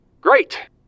Great